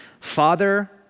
Father